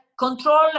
Control